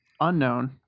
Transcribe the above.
unknown